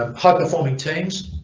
ah high-performing teams